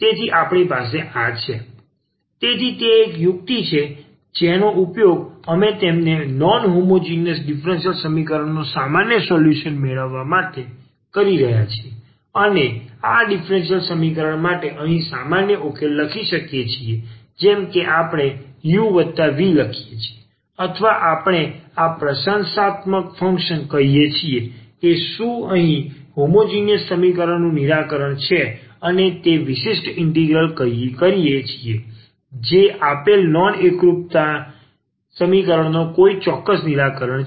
તો અહીં આપણી પાસે આ છે dndxnuva1dn 1dxn 1uvanuv dndxnua1dn 1dxn 1uanudndxnva1dn 1dxn 1vanv 0XX તેથી તે યુક્તિ છે જેનો ઉપયોગ અમે તેમને નોન હોમોજીનીયસ ડીફરન્સીયલ સમીકરણનો સામાન્ય સોલ્યુશન મેળવવા માટે કરી રહ્યા છીએ અને અમે આ ડીફરન્સીયલ સમીકરણ માટે અહીં સામાન્ય ઉકેલો લખીએ છીએ જેમ કે આપણે u વત્તા v લખી છે અથવા આપણે આ પ્રશંસાત્મક ફંક્શન કહીએ છીએ કે શું u અહીં હોમોજીનીયસ સમીકરણનું નિરાકરણ છે અને અમે તે વિશિષ્ટ ઇન્ટિગ્રલ કરીએ છીએ જે આપેલ નોન એકરૂપતા સમીકરણનો કોઈ ચોક્કસ નિરાકરણ છે